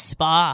Spa